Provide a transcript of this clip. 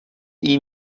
iyi